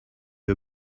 you